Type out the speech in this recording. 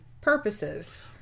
purposes